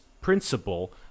principle